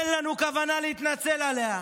אין לנו כוונה להתנצל עליה.